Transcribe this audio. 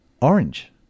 orange